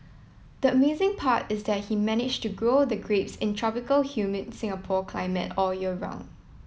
the amazing part is that he managed to grow the grapes in tropical humid Singapore climate all year round